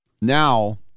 Now